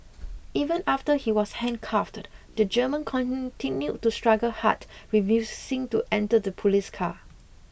even after he was handcuffed the German continued to struggle hard refusing to enter the police car